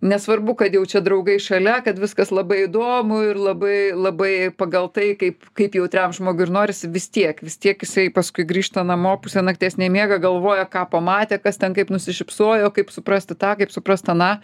nesvarbu kad jau čia draugai šalia kad viskas labai įdomu ir labai labai pagal tai kaip kaip jautriam žmogui ir norisi vis tiek vis tiek jisai paskui grįžta namo pusę nakties nemiega galvoja ką pamatė kas ten kaip nusišypsojo kaip suprasti tą kaip suprast aną